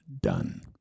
done